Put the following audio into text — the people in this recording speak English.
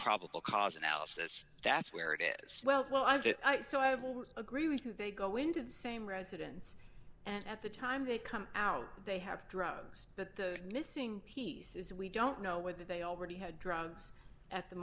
probable cause analysis that's where it is well i get it so i will agree with you they go in to the same residence and at the time they come out they have drugs but the missing piece is we don't know whether they already had drugs at the